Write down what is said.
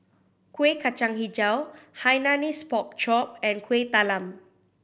Kueh Kacang Hijau Hainanese Pork Chop and Kuih Talam